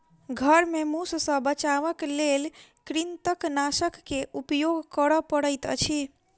घर में मूस सॅ बचावक लेल कृंतकनाशक के उपयोग करअ पड़ैत अछि